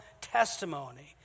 testimony